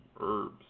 herbs